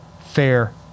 fair